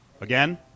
Again